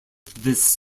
this